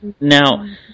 Now